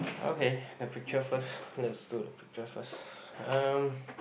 okay the picture first let's do the picture first um